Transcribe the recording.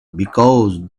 because